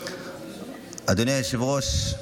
אדוני היושב-ראש,